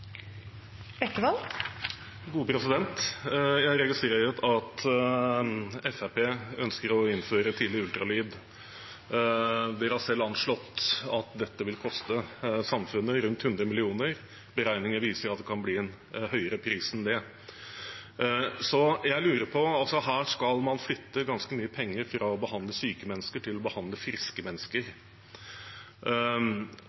Jeg registrerer at Fremskrittspartiet ønsker å innføre tidlig ultralyd. De har selv anslått at dette vil koste samfunnet rundt 100 mill. kr. Beregninger viser at det kan bli en høyere pris enn det. Her skal man flytte ganske mye penger fra å behandle syke mennesker til å behandle friske mennesker,